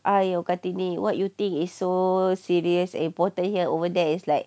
!aiyo! kartini what you think is so serious and important here over there is like